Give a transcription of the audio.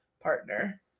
partner